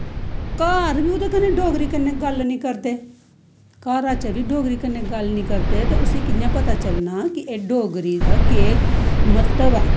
घर बी ते कदें डोगरी कन्नै गल्ल नी करदे घरा च बी ते डोगरी कन्नै गल्ल नी करदे ते उसी कियां पता चलना कि एह् डोगरी दा केह् महत्व ऐ